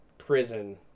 Prison